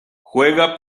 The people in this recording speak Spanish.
juega